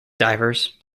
divers